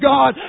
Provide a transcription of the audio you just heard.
God